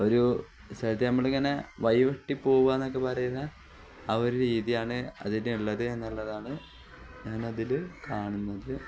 ഒരു സ്ഥലത്ത് നമ്മൾ ഇങ്ങനെ വഴി വെട്ടി പോവിക എന്നൊക്കെ പറയുന്ന ആ ഒരു രീതിയാണ് അതിനുള്ളത് എന്നതാണ് ഞാൻ അതിൽ കാണുന്നത്